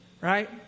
right